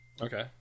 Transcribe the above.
Okay